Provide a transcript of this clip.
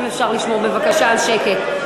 אם אפשר, לשמור בבקשה על שקט.